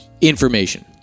information